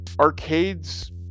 arcades